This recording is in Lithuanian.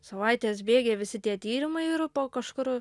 savaitės bėgyje visi tie tyrimai ir po kažkur